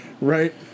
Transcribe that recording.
Right